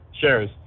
shares